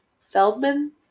Feldman